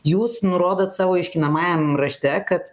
jūs nurodot savo aiškinamajam rašte kad